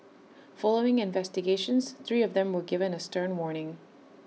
following investigations three of them were given A stern warning